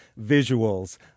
visuals